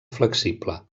flexible